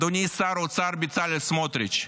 אדוני שר האוצר בצלאל סמוטריץ':